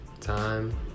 Time